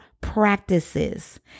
practices